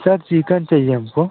sir chicken चाहिए हमको